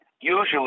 usually